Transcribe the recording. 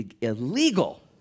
illegal